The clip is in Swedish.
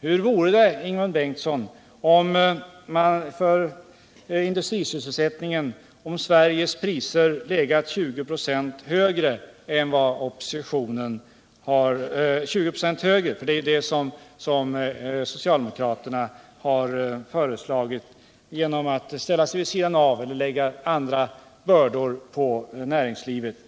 Vad skulle det ha inneburit, Ingemund Bengtsson, för industrisysselsättningen om priserna på svenska exportvaror legat 20 26 högre än de gör i dag? Det är ju vad socialdemokraterna föreslagit genom att ställa sig vid sidan av besluten om devalveringar och vissa skattelättnader och vilja att lägga nya bördor på näringslivet.